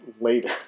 later